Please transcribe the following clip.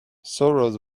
sorrows